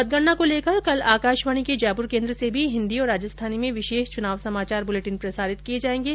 मतगणना को लेकर कल आकाशवाणी के जयपुर केन्द्र से भी हिन्दी और राजस्थानी में विशेष चुनाव समाचार बुलेटिन प्रसारित किये जायेंगे